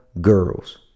girls